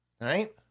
Right